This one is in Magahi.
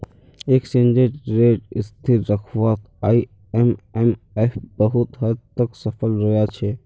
एक्सचेंज रेट स्थिर रखवात आईएमएफ बहुत हद तक सफल रोया छे